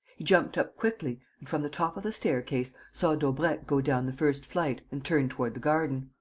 he jumped up quickly and, from the top of the staircase, saw daubrecq go down the first flight and turn toward the garden.